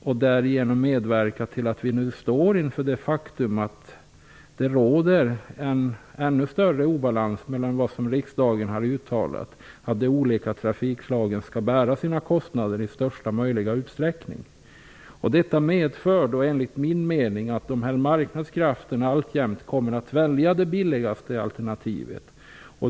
Därigen har regeringen medverkat till att vi står inför det faktum att det råder en ännu större obalans, trots att riksdagen uttalat att de olika trafikslagen skall bära sina kostnader i största möjliga utsträckning. Det medför, enligt min mening, att marknadskrafterna gör att man alltjämt kommer att välja det billigaste alternativet.